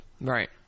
right